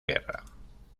guerra